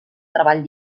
treball